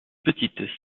petite